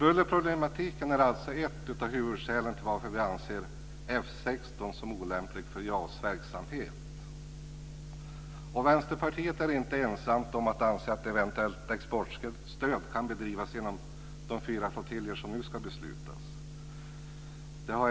Överljudsproblematiken är alltså ett av huvudskälen till att vi anser F 16 som olämplig för JAS Vänsterpartiet är inte ensamt om att anse att ett eventuellt exportstöd kan drivas inom de fyra flottiljer som det nu ska fattas beslut om.